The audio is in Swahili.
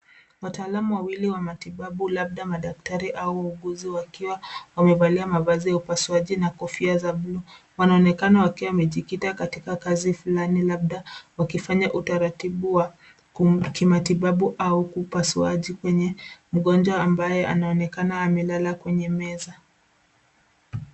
Wataalamu wawili wa matibabu labda madaktari au wauguzi wakiwa wamevalia mavazi ya upasuaji na kofia za bluu. Wanaonekana wakiwa wamejikita katika kazi fulani labda wakifanya utaratibu wa kimatibabu au upasuaji kwenye mgonjwa ambaye anaonekana amelala kwenye meza.